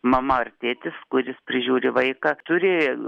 mama ar tėtis kuris prižiūri vaiką turėjo